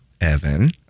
Evan